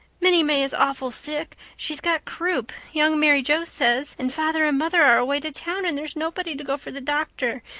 minnie may is awful sick she's got croup. young mary joe says and father and mother are away to town and there's nobody to go for the doctor.